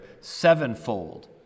sevenfold